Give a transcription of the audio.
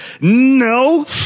No